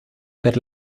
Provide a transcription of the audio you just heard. per